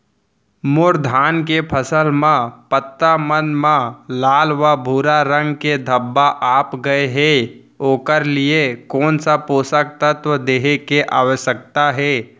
मोर धान के फसल म पत्ता मन म लाल व भूरा रंग के धब्बा आप गए हे ओखर लिए कोन स पोसक तत्व देहे के आवश्यकता हे?